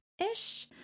ish